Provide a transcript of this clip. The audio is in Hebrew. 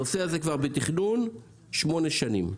הנושא הזה נמצא בתכנון כבר שמונה שנים,